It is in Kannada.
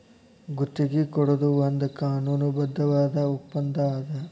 ಗುತ್ತಿಗಿ ಕೊಡೊದು ಒಂದ್ ಕಾನೂನುಬದ್ಧವಾದ ಒಪ್ಪಂದಾ ಅದ